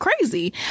crazy